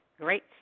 great